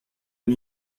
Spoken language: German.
ein